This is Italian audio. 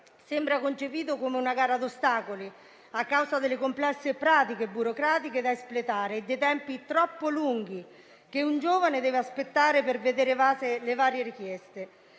sembra concepito come una gara ad ostacoli, a causa delle complesse pratiche burocratiche da espletare e dei tempi troppo lunghi che un giovane deve aspettare per vedere evase le varie richieste.